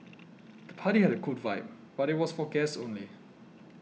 the party had a cool vibe but it was for guests only